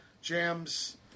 Jams